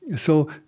so,